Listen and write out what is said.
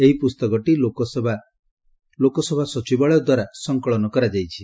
ଏହି ପୁସ୍ତକଟି ଲୋକସେବା ସଚିବାଳୟ ଦ୍ୱାରା ସଂକଳନ କରାଯାଇଛି